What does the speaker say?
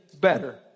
better